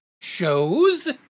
shows